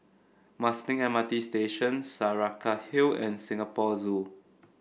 Marsiling M R T Station Saraca Hill and Singapore Zoo